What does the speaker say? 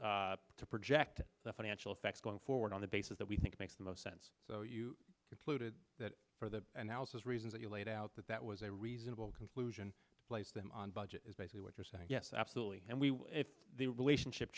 report to project the financial facts going forward on the basis that we think makes the most sense so you concluded that for the analysis reasons that you laid out that that was a reasonable conclusion place them on budget is basically what you're saying yes absolutely and we if the relationship